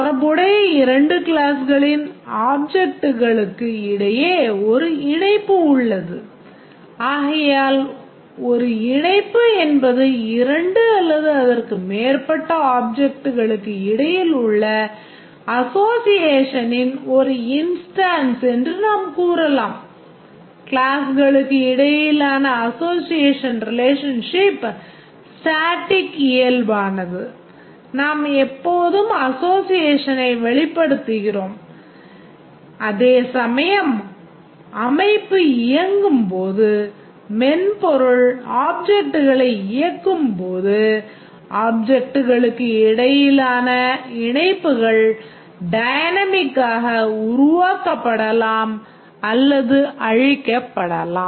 தொடர்புடைய 2 கிளாஸ்களின் ஆப்ஜெக்ட்களுக்கு உருவாக்கப்படலாம் அல்லது அழிக்கப்படலாம்